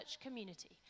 community